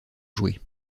jouer